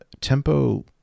tempo